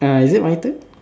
uh is it my turn